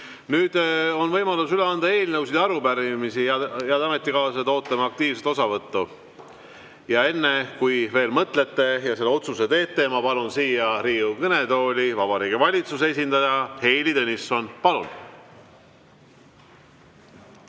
Nüüd on võimalus üle anda eelnõusid ja arupärimisi. Head ametikaaslased, ootame aktiivset osavõttu. Enne, kui veel mõtlete ja selle otsuse teete, ma palun siia Riigikogu kõnetooli Vabariigi Valitsuse esindaja Heili Tõnissoni. Palun!